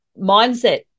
mindset